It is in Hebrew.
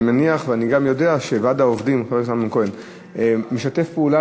אני מניח ואני גם יודע שוועד העובדים משתף פעולה,